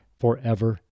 forever